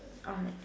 alright